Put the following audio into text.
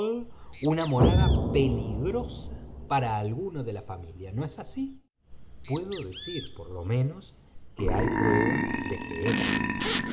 una morada peligrosa para alguno de la familia no es así puedo decir por lo menos que hay pruebas de que es así